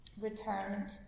returned